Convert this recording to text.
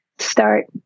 start